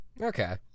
Okay